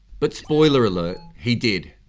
but spoiler alert he did!